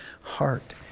heart